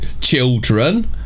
children